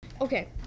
Okay